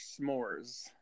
s'mores